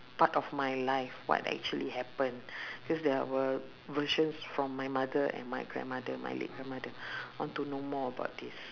part of my life what actually happen because there were versions from my mother and my grandmother my late grandmother I want to know more about this